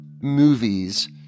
movies